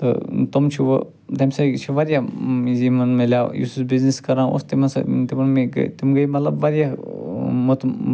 تہٕ تِم چھِ وونۍ تَمہِ سۭتۍ چھِ واریاہ یِمَن میلیٛاو یُس یُس بِزنیٚس کران اوس تِمَن سۭتۍ تِمَن مے گٔے تِم گٔے مطلب واریاہ ٲں